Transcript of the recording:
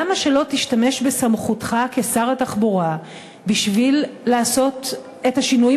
למה שלא תשתמש בסמכותך כשר התחבורה בשביל לעשות את השינויים